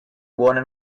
buone